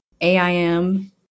AIM